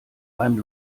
beim